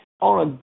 on